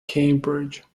cambridge